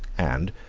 and,